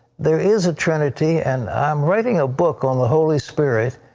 there is a trinity. and i'm writing a book on the holy spirit.